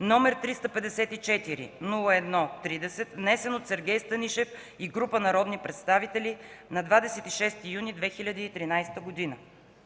№ 354-01-30, внесен от Сергей Станишев и група народни представители на 26.06.2013 г.